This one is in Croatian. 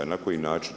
Na koji način?